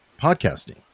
podcasting